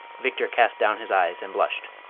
victor cast down his eyes and blushed.